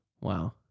Wow